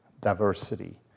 diversity